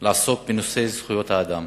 לעסוק בנושא זכויות האדם,